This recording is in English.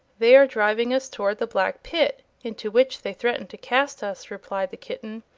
they are driving us toward the black pit, into which they threatened to cast us, replied the kitten.